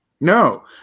No